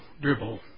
dribble